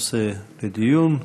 גם היא הגישה את הנושא לדיון,